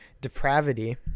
depravity